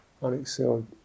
unexcelled